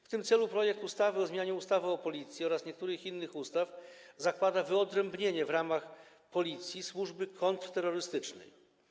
W tym celu w projektowanej ustawie o zmianie ustawy o Policji oraz niektórych innych ustaw zakłada się wyodrębnienie w ramach Policji służby kontrterrorystycznej.